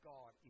God